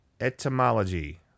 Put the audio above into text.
Etymology